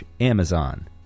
amazon